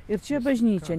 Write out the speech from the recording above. ir čia bažnyčia